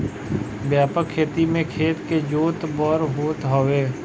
व्यापक खेती में खेत के जोत बड़ होत हवे